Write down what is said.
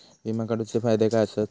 विमा काढूचे फायदे काय आसत?